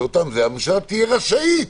הממשלה תהיה רשאית